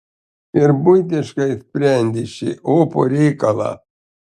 ir buitiškai sprendė šį opų reikalą